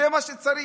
זה מה שצריך.